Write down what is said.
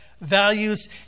values